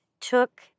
Took